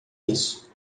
isso